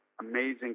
amazing